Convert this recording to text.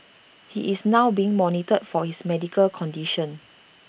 he is now being monitored for his medical condition